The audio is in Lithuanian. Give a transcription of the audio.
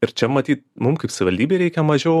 ir čia matyt mum kaip savivaldybei reikia mažiau